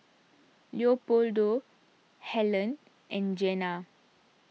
Leopoldo Hellen and Jenna